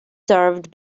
served